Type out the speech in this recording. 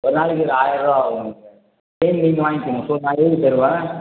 ஒரு நாளைக்கு ஒரு ஆயிரம் ரூபா ஆகுங்க சார் பெயிண்ட் நீங்கள் வாங்கிக்கணும் ஸோ நான் எழுதி தருவேன்